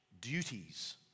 duties